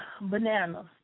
bananas